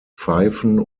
pfeifen